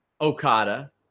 Okada